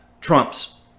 Trump's